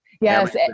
Yes